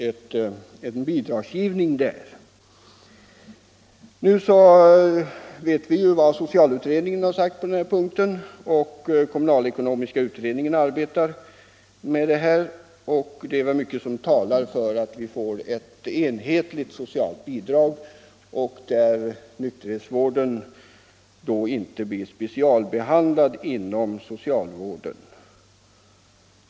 Mot bakgrund av socialutredningens uttalande på denna punkt och mot bakgrund av kommunalekonomiska utredningens arbete med dessa frågor är det mycket som talar för att vi kommer att få ett enhetligt socialt bidrag där nykterhetsvården inte specialbehandlas inom socialvården.